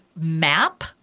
map